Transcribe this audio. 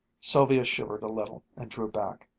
sylvia shivered a little and drew back,